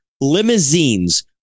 limousines